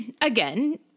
again